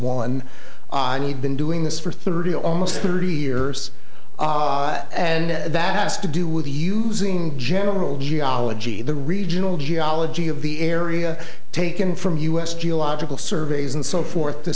wall and i need been doing this for thirty almost thirty years and that has to do with the using general geology the regional geology of the area taken from us geological surveys and so forth to